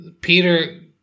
Peter